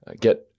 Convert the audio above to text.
get